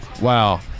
Wow